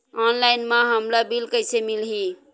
Online म हमला bill कइसे मिलही?